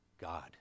God